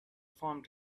formed